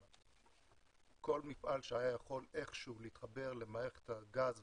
כל מפעל שהיה יכול איכשהו להתחבר למערכת הגז,